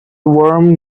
worm